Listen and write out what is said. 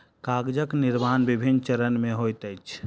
कागजक निर्माण विभिन्न चरण मे होइत अछि